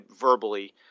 verbally